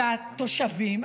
והתושבים,